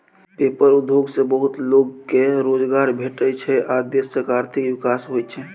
paper उद्योग सँ बहुत लोक केँ रोजगार भेटै छै आ देशक आर्थिक विकास होइ छै